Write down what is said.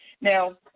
Now